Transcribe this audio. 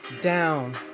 down